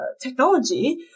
technology